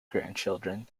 grandchildren